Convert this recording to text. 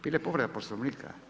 Bila je povreda Poslovnika.